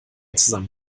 zusammen